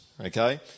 okay